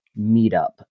meetup